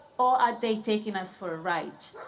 or are they taking us for a ride?